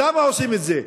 למה עושים את זה?